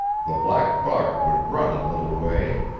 the black buck would run a little way,